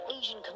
Asian